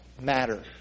matter